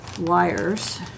wires